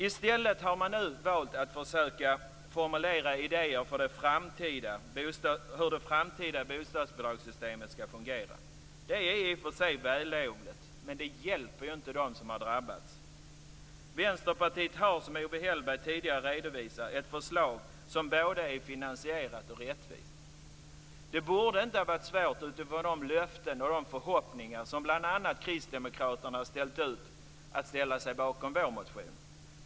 I stället har man nu valt att försöka formulera idéer för hur det framtida bostadsbidragssystemet skall fungera. Det är i och för sig vällovligt men det hjälper inte dem som har drabbats. Vänsterpartiet har, som Owe Hellberg tidigare redovisade, ett förslag som är både finansierat och rättvist. Det borde inte ha varit svårt utifrån de löften och förhoppningar som bl.a. kristdemokraterna har ställt ut att ställa sig bakom vår motion.